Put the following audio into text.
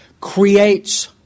creates